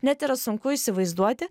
net yra sunku įsivaizduoti